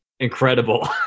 Incredible